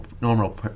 normal